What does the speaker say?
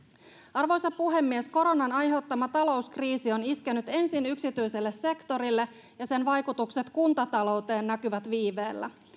arvoisa puhemies koronan aiheuttama talouskriisi on iskenyt ensin yksityiselle sektorille ja sen vaikutukset kuntatalouteen näkyvät viiveellä